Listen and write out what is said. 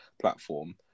platform